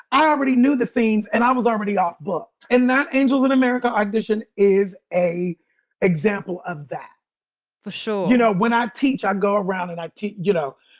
i already knew the scenes and i was already off book. and that angels in america audition is an example of that for sure you know, when i teach, i go around and i teach, you know,